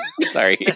Sorry